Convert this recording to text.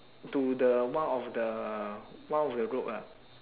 to the one of the one of the rope ah